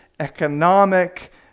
economic